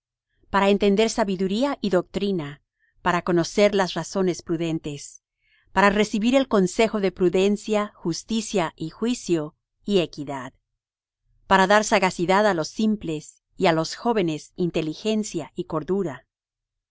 para entender sabiduría y doctrina para conocer las razones prudentes para recibir el consejo de prudencia justicia y juicio y equidad para dar sagacidad á los simples y á los jóvenes inteligencia y cordura